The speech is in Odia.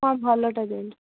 ହଁ ଭଲଟା ଦିଅନ୍ତୁ